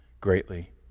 greatly